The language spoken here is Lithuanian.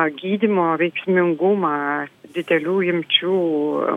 gydymo veiksmingumą didelių imčių